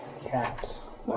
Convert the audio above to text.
Caps